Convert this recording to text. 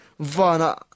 Vana